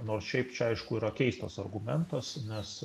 nors šiaip čia aišku yra keistas argumentas nes